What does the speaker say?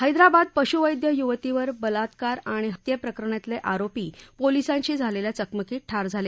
हैदराबाद पशुवैद्य युवतीवरील बलात्कार आणि हत्येप्रकरणातले आरोपी पोलिसांशी झालेल्या चकमकीत ठार झाले